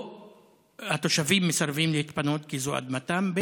התושבים מסרבים להתפנות, כי זו אדמתם.